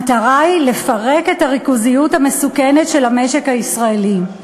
המטרה היא לפרק את הריכוזיות המסוכנת של המשק הישראלי.